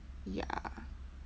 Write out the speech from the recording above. ya